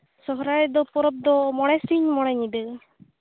ᱥᱚᱦᱚᱨᱟᱭ ᱨᱮᱫᱚ ᱯᱚᱨᱚᱵᱽ ᱫᱚ ᱢᱚᱬᱮ ᱥᱤᱧ ᱢᱚᱬᱮ ᱧᱤᱫᱟᱹ